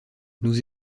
nous